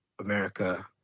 America